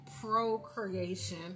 procreation